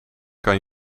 kan